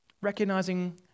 recognizing